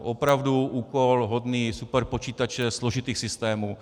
Opravdu úkol hodný superpočítače, složitých systémů.